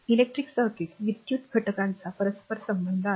electric circuit विद्युत घटकांचा परस्पर संबंध आहे